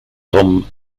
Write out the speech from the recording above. tom